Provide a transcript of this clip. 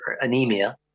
anemia